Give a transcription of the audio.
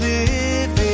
Living